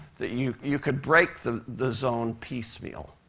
that you you could break the the zone piecemeal,